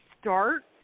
start